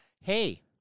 Hey